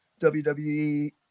WWE